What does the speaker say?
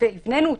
והבנינו אותו.